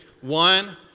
One